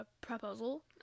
proposal